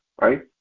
right